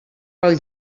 pel